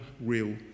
real